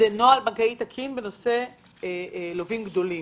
זה חריגות מנוהל בנקאי תקין בנושא של לווים גדולים.